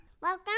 Welcome